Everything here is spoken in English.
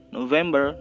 November